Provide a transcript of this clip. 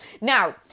Now